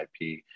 IP